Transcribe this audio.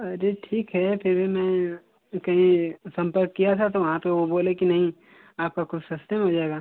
अरे ठीक है फिर भी मैं कहीं संपर्क किया था तो वहाँ तो वो बोले की नहीं आपका कुछ सस्ते में हो जाएगा